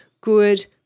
good